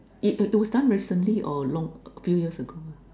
it it was done recently or long a few years ago